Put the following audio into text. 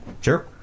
Sure